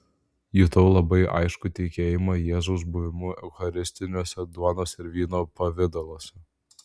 jutau labai aiškų tikėjimą jėzaus buvimu eucharistiniuose duonos ir vyno pavidaluose